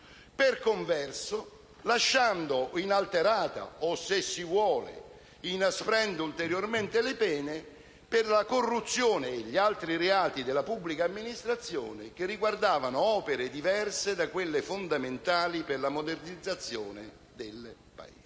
Per converso, si poteva lasciare inalterata o - se si vuole - inasprire ulteriormente le pene per la corruzione e gli altri reati della pubblica amministrazione riguardanti opere diverse da quelle fondamentali per la modernizzazione del Paese.